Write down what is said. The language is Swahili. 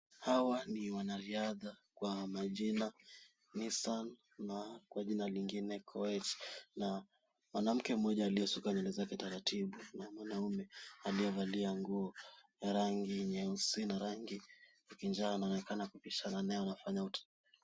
Hawa ni wanariadha kwa majina Nissan na kwa jina lingine Koech na mwanamke mmoja aliyesuka nywele zake taratibu na mwanaume aliyevalia nguo ya rangi nyeusi na rangi ya kinjano anaonekana kupishana naye.